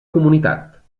comunitat